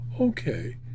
okay